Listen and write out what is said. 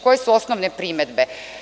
Koje su osnovne primedbe?